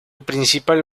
principal